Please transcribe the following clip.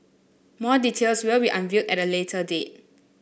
more details will be unveiled at a later date